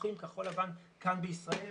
פיתוחים כחול-לבן כאן בישראל.